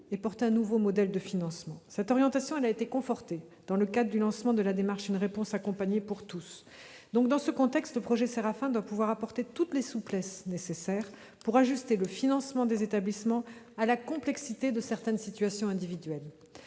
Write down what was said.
promouvoir un nouveau modèle de financement. Cette orientation a été confortée dans le cadre du lancement de la démarche « Une réponse accompagnée pour tous ». Dans ce contexte, le projet SERAFIN-PH doit permettre d'apporter toutes les souplesses nécessaires pour ajuster le financement des établissements à la complexité de certaines situations individuelles.